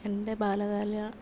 എൻ്റെ ബാല്യകാല